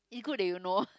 is good that you know